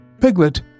Piglet